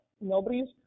Nobody's